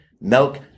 milk